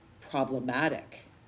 problematic